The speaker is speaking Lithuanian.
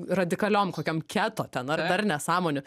radikaliom kokiom keto ten ar dar nesąmonių